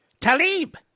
Talib